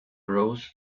grows